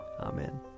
Amen